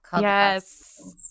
Yes